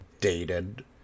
dated